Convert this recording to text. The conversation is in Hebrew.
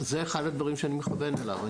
זה אחד הדברים שאני מכוון אליו.